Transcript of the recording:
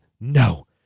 No